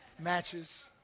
Matches